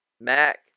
Mac